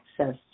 access